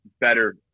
better